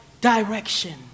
direction